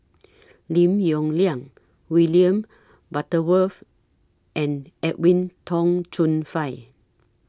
Lim Yong Liang William Butterworth and Edwin Tong Chun Fai